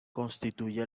constituye